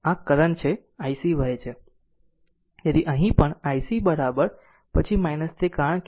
તેથી આ i t છે અને કહે છે કે આ કરંટ છે ic વહે છે